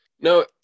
No